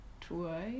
twice